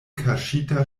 kaŝita